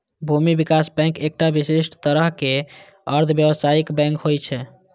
भूमि विकास बैंक एकटा विशिष्ट तरहक अर्ध व्यावसायिक बैंक होइ छै